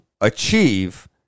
achieve